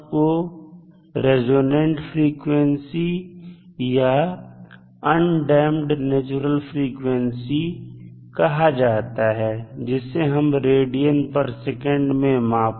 को resonant frequency या undamped natural frequency कहा जाता है जिसे हम radsec में मापते हैं